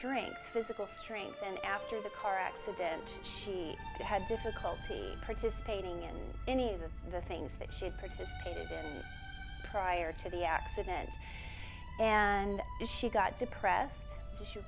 strain physical strain and after the car accident she had difficulty participating in any of the things that she participated in prior to the accident and she got depressed she